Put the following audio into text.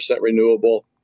renewable